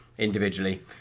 Individually